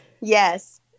yes